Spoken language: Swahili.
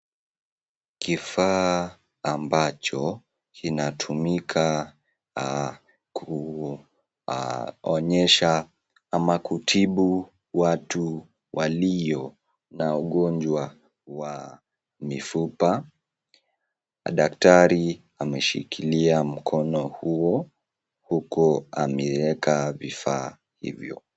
Kifaa ambacho kinatumika kuonyesha ama kutibu watu waliona ugonjwa wa mifupa. Daktari ameshikilia mkono huo uku ameieka vifaa hivyo.